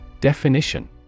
Definition